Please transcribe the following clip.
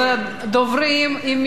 אם מישהו עוד רוצה להירשם,